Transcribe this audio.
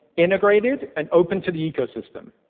integrated, and open to the ecosystem.